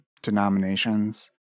denominations